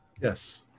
Yes